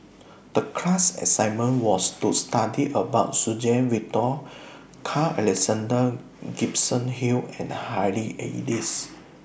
The class assignment was to study about Suzann Victor Carl Alexander Gibson Hill and Harry Elias